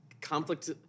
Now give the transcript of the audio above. conflict